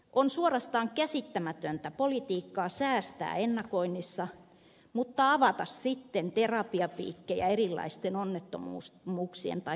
on suorastaan käsittämätöntä politiikkaa säästää ennakoinnissa mutta avata sitten terapiapiikkejä erilaisten onnettomuuksien tai katastrofien jälkeen